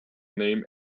name